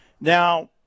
Now –